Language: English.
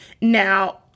Now